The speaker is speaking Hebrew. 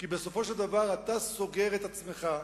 כי בסופו של דבר אתה סוגר את עצמך,